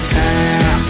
time